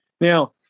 Now